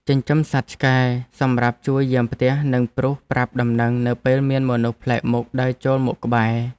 ចិញ្ចឹមសត្វឆ្កែសម្រាប់ជួយយាមផ្ទះនិងព្រុសប្រាប់ដំណឹងនៅពេលមានមនុស្សប្លែកមុខដើរចូលមកក្បែរ។